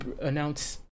announce